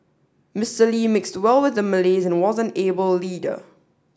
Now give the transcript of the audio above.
Mister Lee mixed well with the Malays and was an able leader